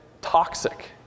toxic